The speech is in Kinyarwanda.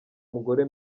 umugore